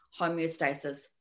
homeostasis